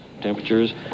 temperatures